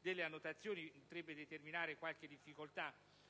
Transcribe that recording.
delle annotazioni, che potrebbe determinare qualche difficoltà